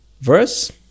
verse